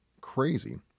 crazy